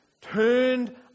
turned